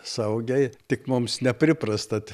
saugiai tik mums nepriprasta